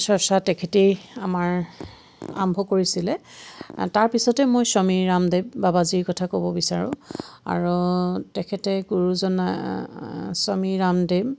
চৰ্চা তেখেতেই আমাৰ আৰম্ভ কৰিছিলে তাৰ পিছতে মই স্বামী ৰামদেৱ বাবাজীৰ কথা ক'ব বিচাৰোঁ আৰু তেখেতে গুৰুজনাৰ স্বামী ৰামদেৱ